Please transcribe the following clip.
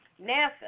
NASA